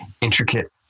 intricate